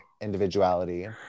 individuality